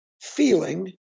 feeling